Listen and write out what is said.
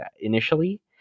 initially